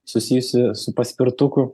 susijusį su paspirtuku